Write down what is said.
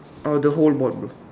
uh the whole board bro